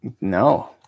No